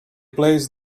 placed